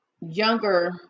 younger